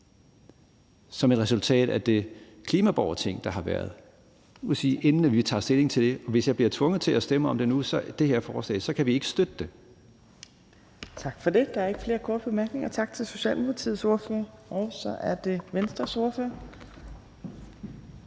se resultatet af det klimaborgerting, der har været, inden vi tager stilling til det, og hvis vi bliver tvunget til at stemme om det her forslag nu, kan vi ikke støtte det. Kl. 17:07 Tredje næstformand (Trine Torp): Der er ikke flere korte bemærkninger. Tak til Socialdemokratiets ordfører. Så er det Venstres ordfører.